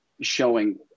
showing